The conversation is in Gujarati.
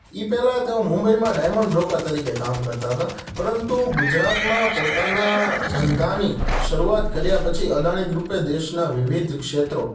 એ પહેલા તેઓ મુંબઈમાં ડાયમંડ બ્રોકર તરીકે કામ કરતા હતા પરંતુ ગુજરાતમાં પોતાના ધંધાની શરૂઆત કર્યા પછી અદાણી ગ્રુપે દેશના વિવિધ ક્ષેત્રો